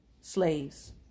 slaves